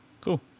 Cool